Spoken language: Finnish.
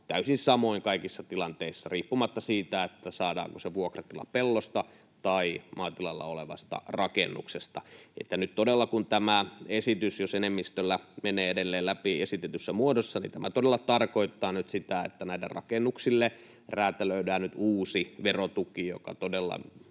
täysin samoin kaikissa tilanteissa riippumatta siitä, saadaanko se vuokratulo pellosta tai maatilalla olevasta rakennuksesta. Jos tämä esitys todella nyt enemmistöllä menee edelleen läpi esitetyssä muodossa, niin tämä todella tarkoittaa nyt sitä, että näille rakennuksille räätälöidään nyt uusi verotuki, joka todella